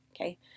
okay